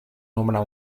nomenar